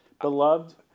beloved